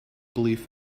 belief